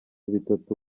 bitatu